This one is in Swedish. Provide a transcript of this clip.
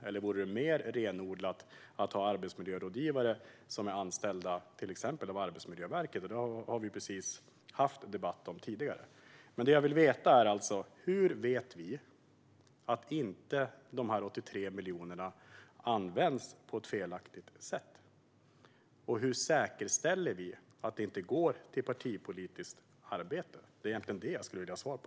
Kanske blir det mer renodlat om man har arbetsmiljörådgivare som är anställda av exempelvis Arbetsmiljöverket. Vi hade precis en debatt här om det. Vad jag vill veta är alltså: Hur vet vi att dessa 83 miljoner inte används på ett felaktigt sätt? Hur säkerställer vi att de inte går till partipolitiskt arbete? Detta vill jag ha svar på.